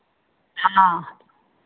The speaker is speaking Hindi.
हाँ